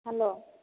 hello